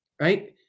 Right